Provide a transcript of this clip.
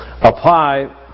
Apply